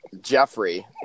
Jeffrey –